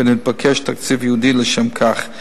ונתבקש תקציב ייעודי לשם כך.